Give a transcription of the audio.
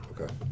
Okay